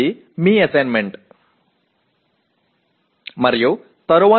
அது உங்கள் வேலையாக இருக்கும்